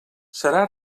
serà